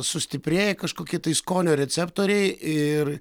sustiprėję kažkokie tai skonio receptoriai ir